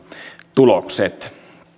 tulokset